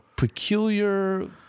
Peculiar